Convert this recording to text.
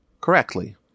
correctly